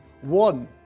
One